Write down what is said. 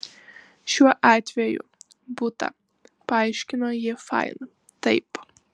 šiuo atveju butą paaiškino ji fain taip